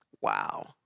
Wow